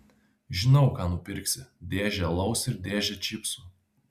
žinau ką nupirksi dėžę alaus ir dėžę čipsų